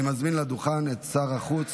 אני מזמין לדוכן את שר החוץ